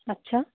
আচ্ছা